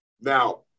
now